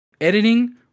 editing